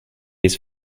his